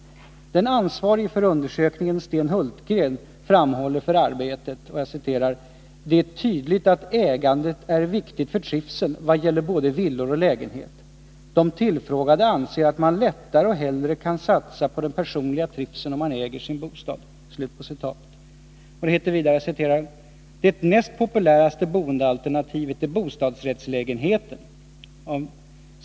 Den ansvarige för undersökningen, Sten Hultgren, framhåller för Arbetet: ”Det är tydligt att ägandet är viktigt för trivseln vad gäller både villor och lägenhet. De tillfrågade anser att man lättare och hellre kan satsa på den personliga trivseln om man äger sin bostad.” Det heter vidare: ”Det näst populäraste boendealternativet är bostadsrättslägenhet.